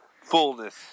fullness